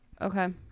Okay